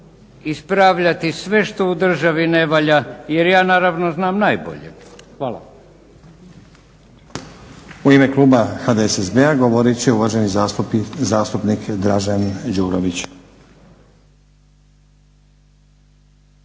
ispravljati sve što u državi ne valja jer ja naravno znam najbolje. Hvala.